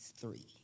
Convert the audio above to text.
three